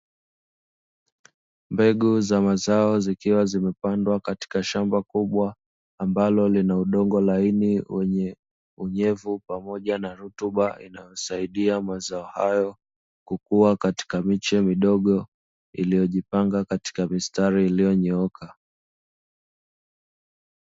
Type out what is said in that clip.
Mbegu za mazao zikiwa zimepandwa katika shamba kubwa, ambalo lina udongo laini wenye unyevu pamoja na rutuba inayosaidia mazao hayo kukua katika miche mdogo iliyojipanga katika mistari iliyonyooka.